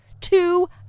Two